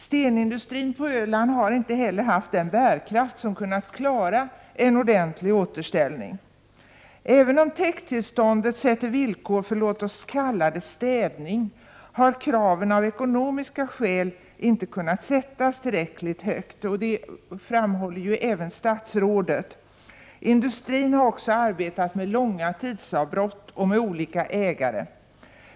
Stenindustrin på Öland har inte heller haft bärkraft för att klara en ordentlig återställning. Även om täkttillståndet innefattar villkor för låt oss kalla det städning, har kraven av ekonomiska skäl inte kunnat sättas tillräckligt högt. Det framhåller även statsrådet. Industrin har också arbetat med långa tidsavbrott och med olika ägare.